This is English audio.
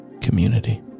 Community